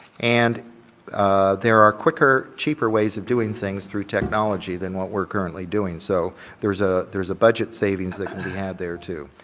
and there are quicker, cheaper ways of doing things through technology than what we're currently doing, so there's ah there's a budget savings that we have there too.